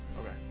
Okay